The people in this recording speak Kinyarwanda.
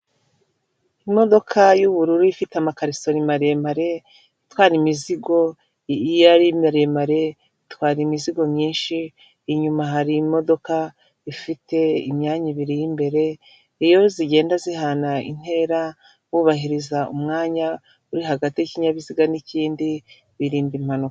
Imodoka y'ubururu ifite amakariseri maremare itwara imizigo iyo ari miremare itwara imizigo myinshi. Inyuma hari imodoka ifite imyanya ibiri y'imbere iyo zigenda zihana intera wubahiriza umwanya uri hagati y'ikinyabiziga n'ikindi birinda impanuka.